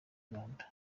rwanda